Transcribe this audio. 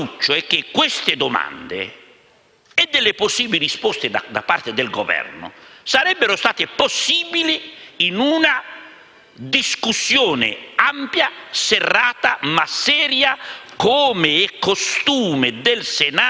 una discussione ampia, serrata ma seria, come è sempre costume del Senato in queste discussioni, quale che sia il Governo, quale che sia l'opposizione.